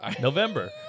November